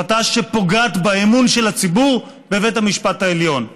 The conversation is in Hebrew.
החלטה שפוגעת באמון של הציבור בבית המשפט העליון.